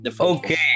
Okay